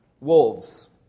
wolves